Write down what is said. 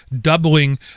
doubling